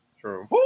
True